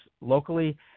locally